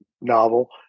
novel